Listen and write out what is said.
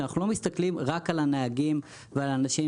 שאנחנו לא מסתכלים רק על הנהגים או על האנשים